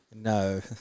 No